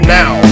now